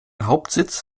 hauptsitz